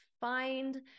find